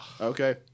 Okay